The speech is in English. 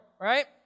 right